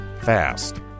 fast